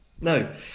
No